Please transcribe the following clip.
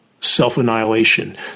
self-annihilation